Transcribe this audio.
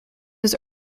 his